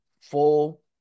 full